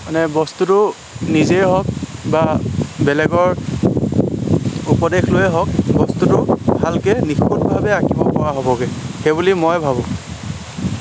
মানে বস্তুটো নিজেই হওক বা বেলেগৰ উপদেশ লৈয়ে হওক বস্তুটো ভালকৈ নিখুঁটভাৱে আঁকিব পৰা হ'বগৈ সেইবুলি মই ভাবোঁ